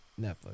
Netflix